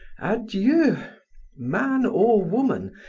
adieu! man or woman,